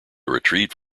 retrieved